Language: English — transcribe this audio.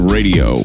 Radio